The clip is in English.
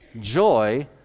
joy